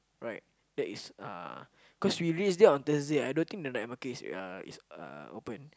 right that is uh cause we reach there on Thursday I don't think the night market is uh is uh open